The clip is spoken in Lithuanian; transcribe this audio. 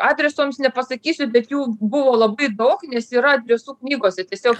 adreso jums nepasakysiu bet jų buvo labai daug nes yra adresų knygose tiesiog